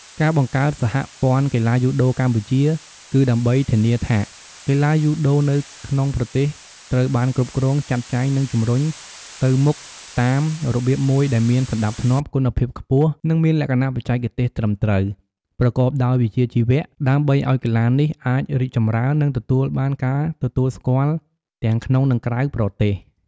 ការបង្កើត សហព័ន្ធកីឡាយូដូកម្ពុជា គឺដើម្បីធានាថា កីឡាយូដូនៅក្នុងប្រទេសត្រូវបាន គ្រប់គ្រង ចាត់ចែង និងជំរុញទៅមុខ តាមរបៀបមួយដែលមាន សណ្ដាប់ធ្នាប់ គុណភាពខ្ពស់ និងមានលក្ខណៈបច្ចេកទេសត្រឹមត្រូវ ប្រកបដោយវិជ្ជាជីវៈ ដើម្បីឱ្យកីឡានេះអាចរីកចម្រើន និងទទួលបានការទទួលស្គាល់ទាំងក្នុងនិងក្រៅប្រទេស។